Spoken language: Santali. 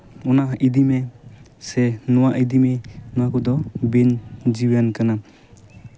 ᱚᱱᱟ ᱤᱫᱤᱢᱮ ᱥᱮ ᱱᱚᱣᱟ ᱤᱫᱤᱢᱮ ᱱᱚᱣᱟ ᱠᱚᱫᱚ ᱵᱤᱱ ᱡᱤᱣᱤᱭᱟᱱ ᱠᱟᱱᱟ